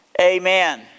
Amen